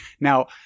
Now